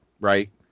right